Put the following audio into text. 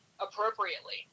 appropriately